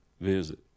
Visit